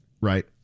Right